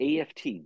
aft